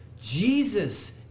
Jesus